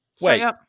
Wait